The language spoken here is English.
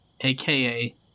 aka